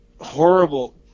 horrible